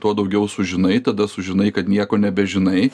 tuo daugiau sužinai tada sužinai kad nieko nebežinai